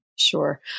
Sure